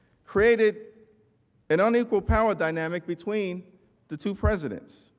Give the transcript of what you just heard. created an unequal power dynamic between the two presidents.